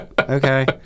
Okay